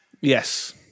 Yes